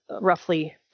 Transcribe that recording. roughly